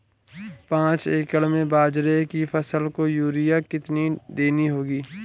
पांच एकड़ में बाजरे की फसल को यूरिया कितनी देनी होगी?